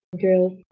Girls